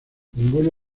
ninguno